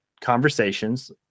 conversations